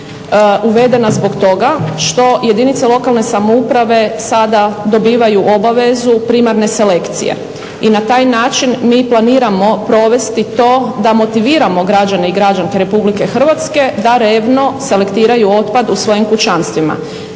uvedena zbog toga što jedinice lokalne samouprave sada dobivaju obavezu primarne selekcije i na taj način mi planiramo provesti to da motiviramo građane i građanke Republike Hrvatske da revno selektiraju otpad u svojim kućanstvima.